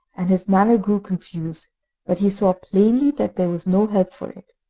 and his manner grew confused but he saw plainly that there was no help for it.